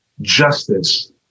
Justice